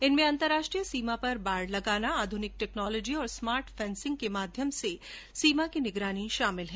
इनमें अंतरराष्ट्रीय सीमा पर बाड़ लगाना आध्रनिक टेक्नोलॉजी और स्मार्ट फेंसिंग के माध्यम से सीमा की निगरानी शामिल है